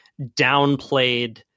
downplayed